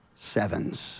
sevens